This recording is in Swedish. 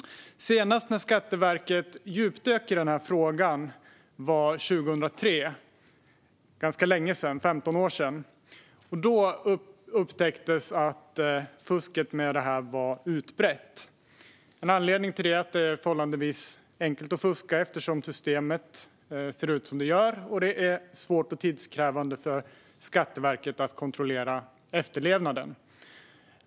När Skatteverket senast djupdök i den här frågan var 2003 - för ganska länge sedan, 15 år sedan - upptäcktes att fusket med reseavdragen var utbrett. En anledning till det är att det är förhållandevis enkelt att fuska, eftersom systemet ser ut som det gör och det är svårt och tidskrävande för Skatteverket att kontrollera efterlevnaden.